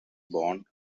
born